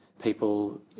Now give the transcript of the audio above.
people